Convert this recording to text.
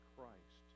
Christ